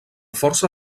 força